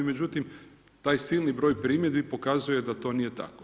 Međutim, taj silni broj primjedbi pokazuje da to nije tako.